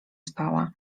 spała